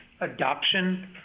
adoption